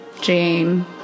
Jane